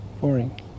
Boring